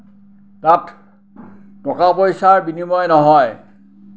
তাত টকা পইচাৰ বিনিময় নহয়